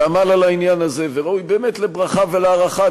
שעמל על העניין הזה וראוי באמת לברכה ולהערכה,